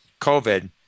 COVID